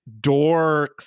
dorks